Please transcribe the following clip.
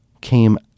came